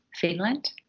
Finland